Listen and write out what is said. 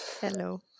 Hello